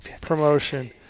promotion